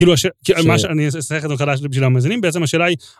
כאילו השאלה, כאילו מה ש... אני אנסח את זה מחדש בשביל המאזינים, בעצם השאלה היא...